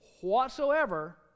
whatsoever